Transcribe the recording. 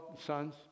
sons